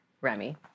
Remy